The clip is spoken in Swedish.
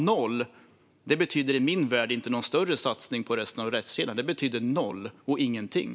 Noll betyder i min värld nämligen inte någon större satsning på resten av rättskedjan, utan det betyder noll och ingenting.